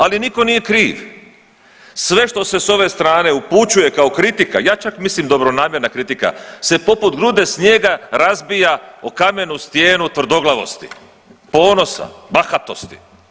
Ali niko nije kriv, sve što se s ove strane upućuje kao kritika, ja čak mislim dobronamjerna kritika se poput grude snijega razbija o kamenu stijenu tvrdoglavosti, ponosa, bahatosti.